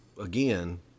again